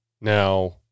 Now